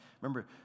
Remember